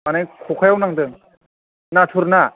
मानि क'कायाव नांदों नाथुर ना